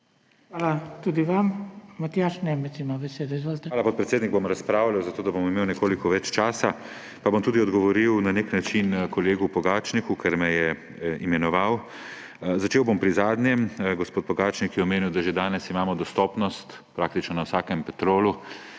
Izvolite. **MATJAŽ NEMEC (PS SD):** Hvala, podpredsednik. Bom razpravljal, zato da bom imel nekoliko več časa, pa bom tudi odgovoril na nek način kolegu Pogačniku, ker me je imenoval. Začel bom pri zadnjem. Gospod Pogačnik je omenil, da že danes imamo dostopnost praktično na vsakem Petrolu